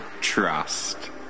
trust